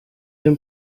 nią